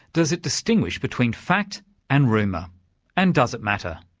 does it distinguish between fact and rumour and does it matter?